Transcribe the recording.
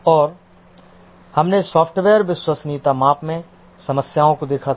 और हमने सॉफ्टवेयर विश्वसनीयता माप में समस्याओं को देखा था